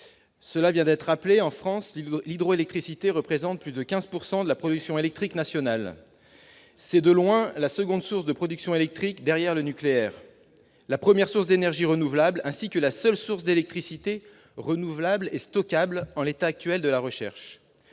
le secrétaire d'État, en France, l'hydroélectricité représente plus de 15 % de la production électrique nationale. C'est de loin la seconde source de production électrique derrière le nucléaire, la première source d'énergie renouvelable, ainsi que la seule source d'électricité renouvelable et stockable, en l'état actuel de la recherche.